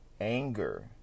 anger